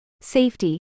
safety